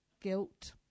guilt